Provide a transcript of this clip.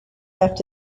left